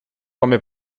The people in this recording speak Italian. come